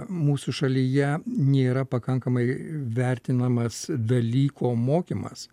mūsų šalyje nėra pakankamai vertinamas dalyko mokymas